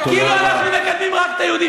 פגעתם בהם,